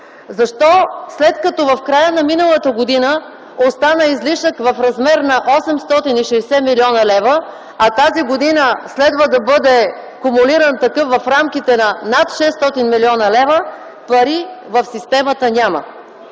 Защо след като в края на миналата година остана излишък в размер на 860 млн. лв., а тази година следва да бъде кумулиран такъв в рамките на над 600 млн. лв., пари в системата няма?